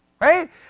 right